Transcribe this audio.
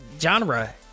genre